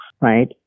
Right